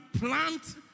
plant